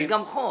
ויש גם חוק.